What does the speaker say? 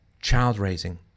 child-raising